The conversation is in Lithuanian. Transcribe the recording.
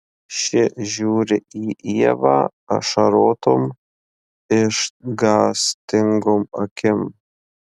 ši žiūri į ievą ašarotom išgąstingom akim